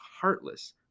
heartless